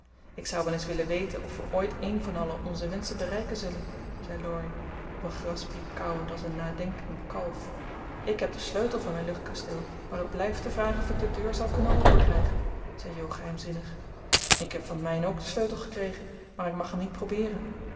ik zou wel eens willen weten of we ooit een van allen onze wenschen bereiken zullen zei laurie op een grasspriet kauwend als een nadenkend kalf ik heb den sleutel van mijn luchtkasteel maar het blijft de vraag of ik de deur zal kunnen openkrijgen zei jo geheimzinnig ik heb van het mijne ook den sleutel gekregen maar ik mag hem niet probeeren